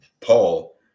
Paul